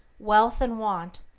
wealth and want,